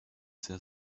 sehr